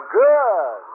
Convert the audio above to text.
good